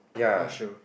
not sure